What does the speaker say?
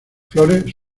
flores